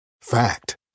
Fact